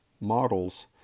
Models